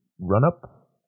run-up